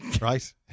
right